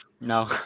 No